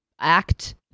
act